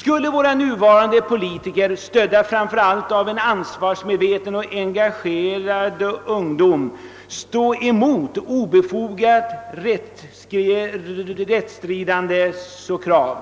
Skulle våra nuvarande politiker, stödda framför allt av en ansvarsmedveten och engagerad ungdom, stå emot obefogade rättsstridande krav?